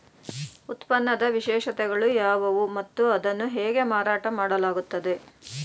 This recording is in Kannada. ಉತ್ಪನ್ನದ ವಿಶೇಷತೆಗಳು ಯಾವುವು ಮತ್ತು ಅದನ್ನು ಹೇಗೆ ಮಾರಾಟ ಮಾಡಲಾಗುತ್ತದೆ?